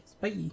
Bye